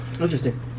Interesting